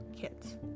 kids